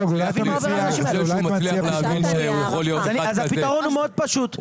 הפתרון הוא מאוד פשוט,